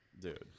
dude